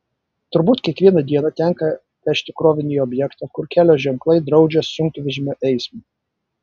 turbūt kiekvieną dieną tenka vežti krovinį į objektą kur kelio ženklai draudžia sunkvežimio eismą